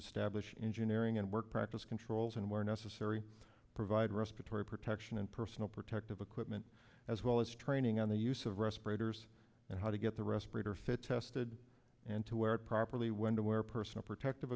established engineering and work practice controls and where necessary provide respiratory protection and personal protective equipment as well as training on the use of respirators and how to get the respirator fit tested and to wear it properly when to wear personal protective